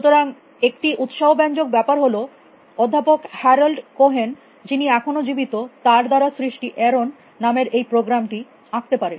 সুতরাং একটি উত্সাহব্যঞ্জক ব্যাপার হল অধ্যাপক হ্যারল্ড কোহেন যিনি এখনো জীবিত তার দ্বারা সৃষ্ট আরন নামের এই প্রোগ্রামটি আঁকতে পারে